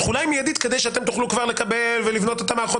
התחולה היא מיידית כדי שאתם תוכלו כבר לקבל ולבנות את המערכות